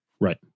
Right